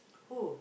who